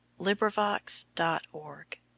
LibriVox.org